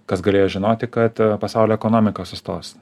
kas galėjo žinoti kad pasaulio ekonomika sustos